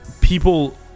people